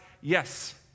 yes